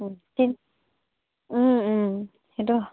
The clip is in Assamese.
সেইটো